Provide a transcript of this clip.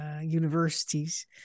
universities